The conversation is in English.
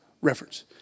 reference